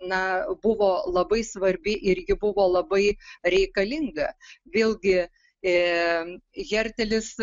na buvo labai svarbi ir ji buvo labai reikalinga vėlgi ė hertelis